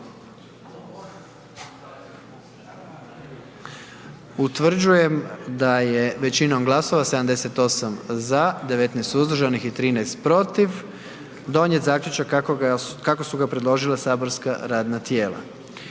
Utvrđujem da je većinom glasova 97 za, 19 suzdržanih donijet zaključak kako je predložilo matično saborsko radno tijelo.